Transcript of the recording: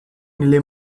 nelle